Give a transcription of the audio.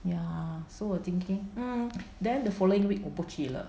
ya so I thinking mm then the following week 我不去了